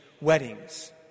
weddings